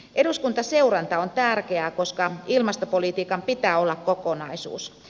eduskuntaseuranta on tärkeää koska ilmastopolitiikan pitää olla kokonaisuus